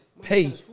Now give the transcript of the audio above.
pay